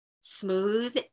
smooth